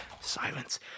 silence